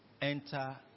enter